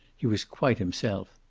he was quite himself.